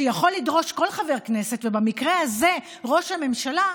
שיכול לדרוש כל חבר כנסת, ובמקרה הזה ראש הממשלה,